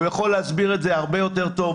הוא יכול להסביר את זה הרבה יותר טוב